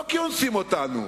לא כי אונסים אותנו,